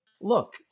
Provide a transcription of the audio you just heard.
look